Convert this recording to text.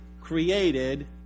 created